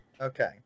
Okay